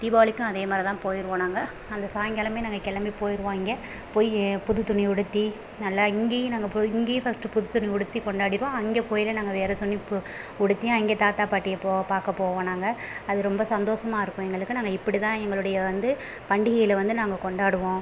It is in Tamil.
தீபாவளிக்கும் அதே மாதிரி தான் போயிருவோம் நாங்கள் அந்த சாயங்காலமே நாங்கள் கிளம்பி போயிருவோம் அங்கே போய் புது துணிய உடுத்தி நல்லா இங்கேயும் நாங்கள் போய் இங்கேயும் ஃபர்ஸ்ட்டு புது துணி உடுத்தி கொண்டாடிப்போம் அங்கே போய் தான் நாங்கள் வேறு துணி பு உடுத்தி அங்கே தாத்தா பாட்டியை போ பார்க்க போவோம் நாங்கள் அது ரொம்ப சந்தோசமாக இருக்கும் எங்களுக்கு நாங்கள் இப்படி எங்களுடைய வந்து பண்டிகையில் வந்து நாங்கள் கொண்டாடுவோம்